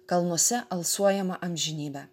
kalnuose alsuojama amžinybe